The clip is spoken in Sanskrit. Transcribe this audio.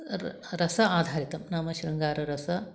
र रस आधारितं नाम शृङ्गाररसः